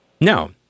No